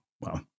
Wow